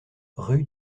rue